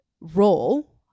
role